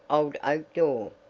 old oak door.